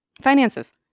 finances